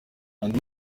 andi